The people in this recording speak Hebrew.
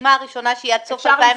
הפעימה הראשונה שהיא עד סוף 2019,